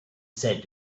said